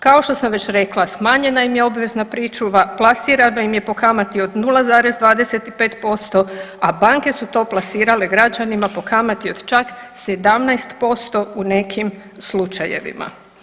Kao što sam već rekla, smanjena im je obvezna pričuva, plasirano im je po kamati od 0,25%, a banke su to plasirale građanima po kamati od čak 17% u nekim slučajevima.